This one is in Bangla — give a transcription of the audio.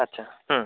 আচ্ছা হুম